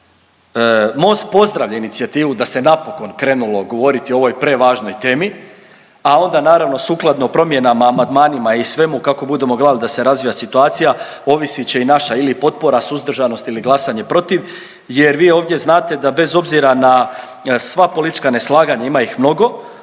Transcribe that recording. Most pozdravlja inicijativu da se napokon krenulo govoriti o ovoj prevažnoj temi, a onda naravno sukladno promjenama, amandmanima i svemu kako budemo gledali da se razvija situacija ovisit će i naša ili potpora, suzdržanost ili glasanje protiv jer vi ovdje znate da bez obzira na sva politička neslaganja, ima ih mnogo